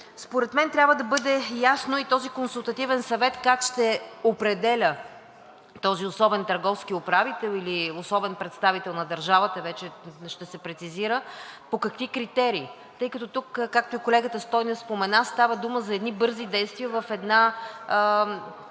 Според мен трябва да бъде ясно и този консултативен съвет как ще определя този особен търговски управител, или особен представител на държавата, по какви критерии вече ще се прецизира, тъй като тук, както и колегата Стойнев спомена, става дума за едни бързи действия в една